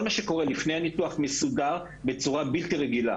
כל מה שקורה לפני הניתוח מסודר בצורה בלתי רגילה.